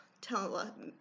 tell